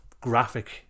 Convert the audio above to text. graphic